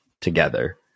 together